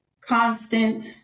constant